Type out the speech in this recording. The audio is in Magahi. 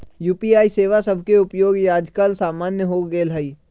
यू.पी.आई सेवा सभके उपयोग याजकाल सामान्य हो गेल हइ